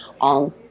on